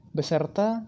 Beserta